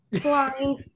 flying